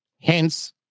Hence